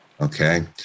Okay